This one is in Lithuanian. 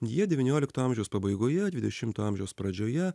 jie devyniolikto amžiaus pabaigoje dvidešimto amžiaus pradžioje